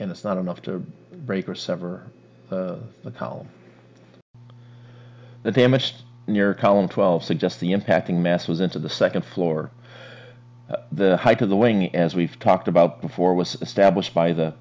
and it's not enough to break or sever the column the damage near column twelve suggest the impacting masses into the second floor the height of the wing as we've talked about before was established by the